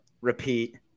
repeat